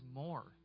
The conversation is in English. more